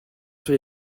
sur